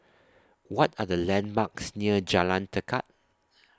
What Are The landmarks near Jalan Tekad